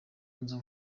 nzu